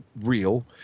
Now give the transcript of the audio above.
real